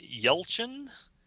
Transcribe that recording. yelchin